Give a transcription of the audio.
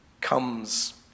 comes